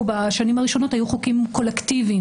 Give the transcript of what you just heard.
בשנים הראשונות היו חוקים קולקטיביים.